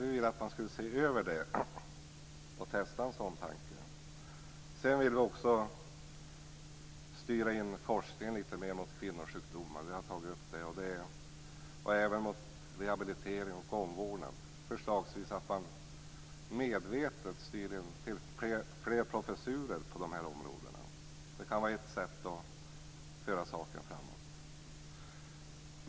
Vi vill alltså att man ser över det och testar en sådan tanke. Vi har också tagit upp att vill styra in forskningen litet mer mot kvinnosjukdomar. Det gäller även rehabilitering och omvårdnad. Ett förslag är att man medvetet styr in fler professurer på de här områdena. Det kan vara ett sätt att föra saken framåt.